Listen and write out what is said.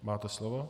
Máte slovo.